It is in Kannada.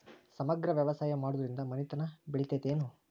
ಸಮಗ್ರ ವ್ಯವಸಾಯ ಮಾಡುದ್ರಿಂದ ಮನಿತನ ಬೇಳಿತೈತೇನು?